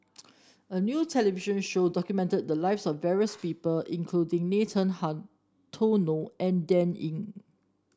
a new television show documented the lives of various people including Nathan Hartono and Dan Ying